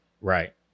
Right